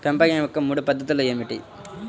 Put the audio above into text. పెంపకం యొక్క మూడు పద్ధతులు ఏమిటీ?